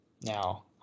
Now